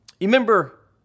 Remember